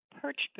perched